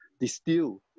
distill